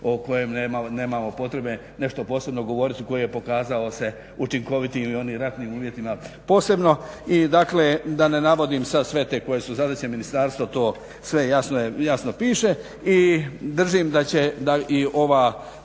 o kojem nemamo potrebe nešto posebno govoriti, koji je pokazao se učinkovitim i u onim ratnim uvjetima, posebno. I dakle da ne navodim sada sve te koje su zadaće ministarstva to sve jasno piše. I držim da će i ova